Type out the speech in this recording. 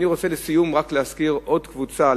אני רוצה לסיום להזכיר עוד קבוצה,